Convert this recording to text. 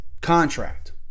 contract